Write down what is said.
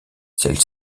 celle